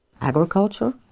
Agriculture